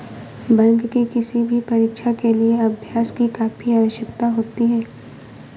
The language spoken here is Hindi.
बैंक की किसी भी परीक्षा के लिए अभ्यास की काफी आवश्यकता होती है